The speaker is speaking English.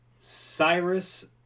Cyrus